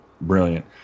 brilliant